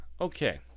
Okay